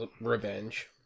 revenge